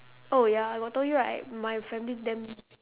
oh ya I got told you right my family damn